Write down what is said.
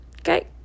Okay